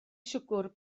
siwgr